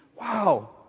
wow